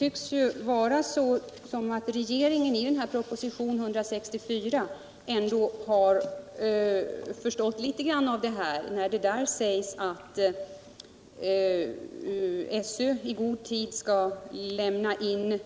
Regeringen tycks, att döma av propositionen 164, ändå ha förstått litet grand av detta, eftersom det där sägs att SÖ i god tid skall lämna in